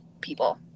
people